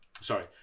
Sorry